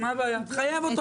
תחייב אותו